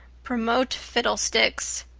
promote fiddlesticks!